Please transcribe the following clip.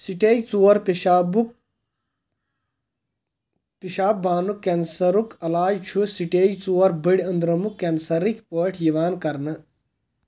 stage ژور پٮ۪شابُک پٮ۪شاب بانُک کینسَرُک علاج چھُ سٹیج ژور بٔڑۍ أنٛدرمُک کینسَرٕکۍ پٲٹھۍ یِوان کرنہٕ